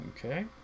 Okay